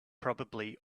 probably